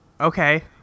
Okay